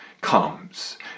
comes